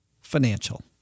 financial